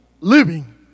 living